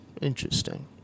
Interesting